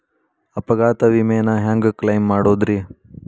ಅಪಘಾತ ವಿಮೆನ ಹ್ಯಾಂಗ್ ಕ್ಲೈಂ ಮಾಡೋದ್ರಿ?